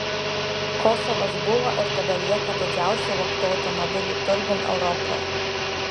kosovas buvo ir tebelieka didžiausiu vogtų automobilių turgum europoje